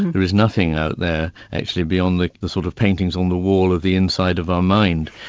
there is nothing out there actually beyond the the sort of paintings on the wall of the inside of our mind.